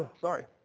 Sorry